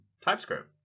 TypeScript